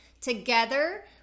Together